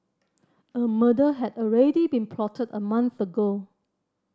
a murder had already been plotted a month ago